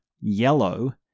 Yellow